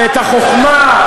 ואת החוכמה,